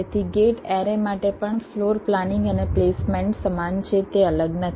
તેથી gate array માટે પણ ફ્લોર પ્લાનિંગ અને પ્લેસમેન્ટ સમાન છે તે અલગ નથી